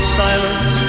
silence